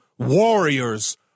Warriors